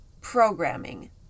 Programming